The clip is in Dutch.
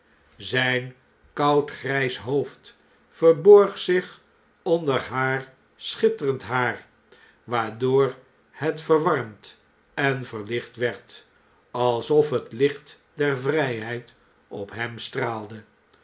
zgn koud grgs hoofd verborg zich onder haar schitterend haar waardoor het verwarmd en verlicht werd alsof het licht der vrgheid op hem straalde